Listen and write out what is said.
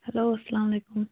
hello اسلام علیکُم